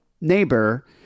neighbor